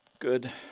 Good